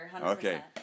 okay